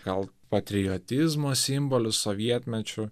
gal patriotizmo simbolis sovietmečiu